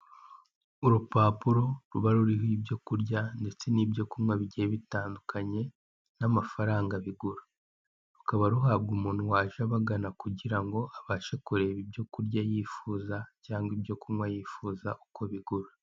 Urupapuro ruba ruriho ibyo kurya ndetse n'ibyo kunywa bigiye bitandukanye n'amafaranga bigura, rukaba ruhabwa umuntu waje abagana kugira ngo abashe kureba ibyo kurya yifuza cyangwa ibyo kunywa yifuza uko bigura.